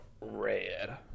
Red